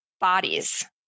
bodies